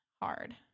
hard